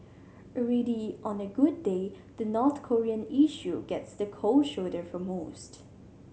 already on a good day the North Korean issue gets the cold shoulder from most